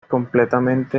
completamente